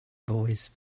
boys